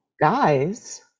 guys